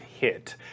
hit